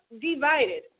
divided